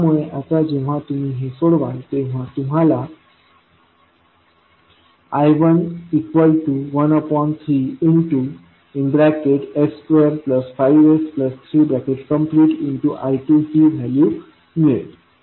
त्यामुळे आता जेव्हा तुम्ही हे सोडवता तेव्हा तुम्हाला I113s25s3I2 ही व्हॅल्यू मिळेल